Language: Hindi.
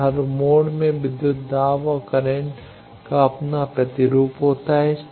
अब हर मोड में विद्युत दाब और करंट का अपना प्रतिरूप होता है